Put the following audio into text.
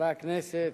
חברי הכנסת,